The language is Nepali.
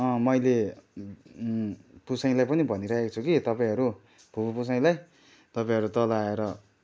अँ मैले पुसैलाई पनि भनिराखेको छु कि तपाईँहरू फुपू पुसैलाई तपाँईहरू तल आएर